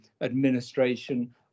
administration